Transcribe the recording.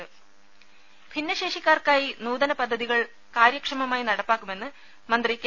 ദരദ ഭിന്നശേഷിക്കാർക്കായി നൂതന പദ്ധതികൾ കാര്യക്ഷമമായി നടപ്പാക്കുമെന്ന് മന്ത്രി കെ